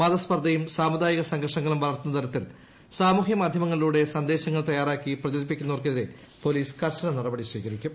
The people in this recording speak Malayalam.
മതസ്പർധയും സാമുദായിക സംഘർഷങ്ങളും വളർത്തുന്ന തരത്തിൽ മാധ്യമങ്ങളിലൂടെ സന്ദേശങ്ങൾ തയാറാക്കി സാമൂഹ്യ പ്രചരിപ്പിക്കുന്നവർക്കെതിരെ പോലീസ് കർശന നടപടി സ്വീകരിക്കും